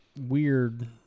weird